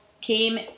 came